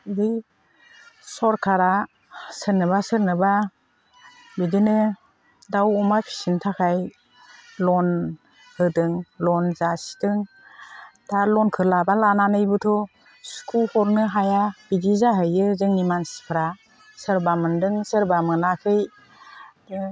बे सोरखारा सोरनोबा सोरनोबा बिदिनो दाउ अमा फिसिनो थाखाय लन होदों लन जासिदों दा लनखौ लाबा लानानैबोथ' सुख'हरनो हाया बिदि जाहैयो जोंनि मानसिफ्रा सोरबा मोनदों सोरबा मोनाखै बिदि